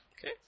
Okay